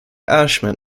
ashman